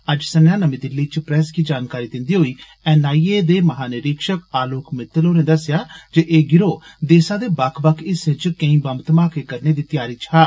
अज्ज संञा नमीं दिल्ली च प्रेस गी जानकारी दिन्दे होई एन आई ए दे महानिरीक्षक आलोक मित्तल होरें दस्सेआ जे एह गिरोह देसा दे बक्ख बक्ख हिस्सें च केई बम्ब धमाके करने दी तैयारी च हा